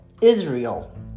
Israel